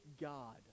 God